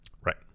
Right